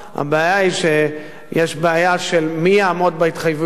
הבעיה היא בעיה של מי יעמוד בהתחייבויות.